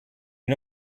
you